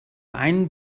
einen